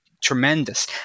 tremendous